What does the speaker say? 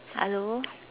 hello